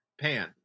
pan